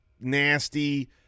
nasty